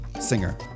singer